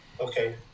Okay